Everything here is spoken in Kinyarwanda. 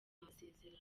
amasezerano